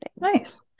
Nice